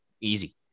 Easy